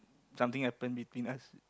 something happen between us